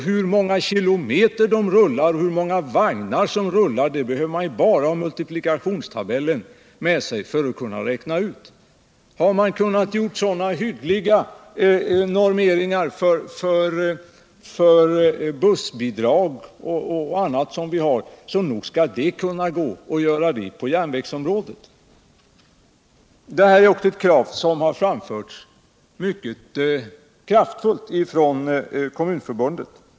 Hur många kilometer de rullar, hur många vagnar som rullar behöver man bara ha multiplikationstabellen med sig för att kunna räkna ut. Har man kunnat göra hyggliga normeringar för bussbidrag och annat som vi har, så nog skall det kunna gå att göra det på järnvägsområdet. Detta är också ett krav som framförs mycket kraftfullt ifrån Kommunförbundet.